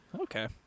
Okay